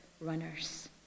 runners